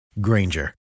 Granger